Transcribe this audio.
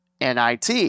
NIT